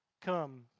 come